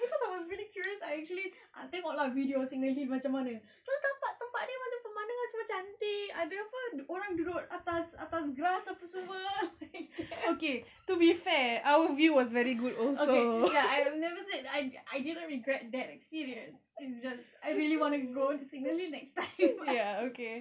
cause I was really curious I actually tengok ah video signal hill macam mana terus nampak tempat dia macam permandangan semua cantik ada apa orang duduk atas atas grass semua okay like I never said I didn't regret that experience it's just I really want to go signal hill next time